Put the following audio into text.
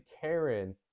Karen